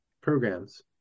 programs